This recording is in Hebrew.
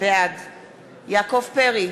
בעד יעקב פרי,